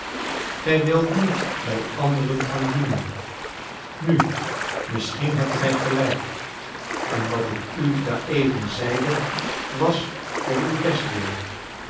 gij wilt niet bij anderen gaan dienen nu misschien hebt gij gelijk en wat ik u daareven zeide was voor uw bestwil